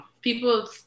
People